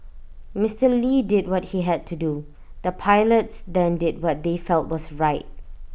Mister lee did what he had to do the pilots then did what they felt was right